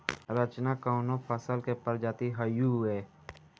रचना कवने फसल के प्रजाति हयुए?